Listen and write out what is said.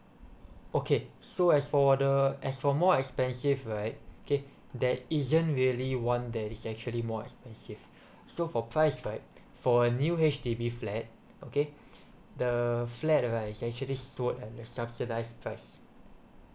okay so as for the as for more expensive right okay that isn't really one that is actually more expensive so for price right for a new H_D_B flat okay the flat right is actually sold at the subsidised price